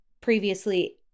previously